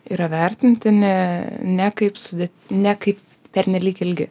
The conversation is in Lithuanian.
yra vertinti ne ne kaip sudė ne kaip pernelyg ilgi